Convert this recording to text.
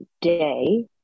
day